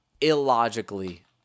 illogically